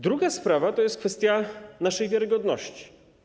Druga sprawa to jest kwestia naszej wiarygodności.